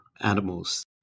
animals